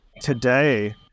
Today